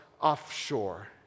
offshore